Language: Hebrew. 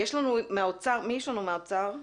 מי יש לנו מהאוצר?